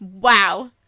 Wow